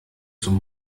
zum